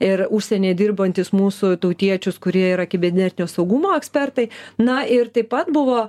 ir užsienyje dirbantys mūsų tautiečius kurie yra kibernetinio saugumo ekspertai na ir taip pat buvo